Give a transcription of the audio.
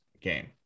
game